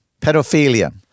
Pedophilia